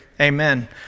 amen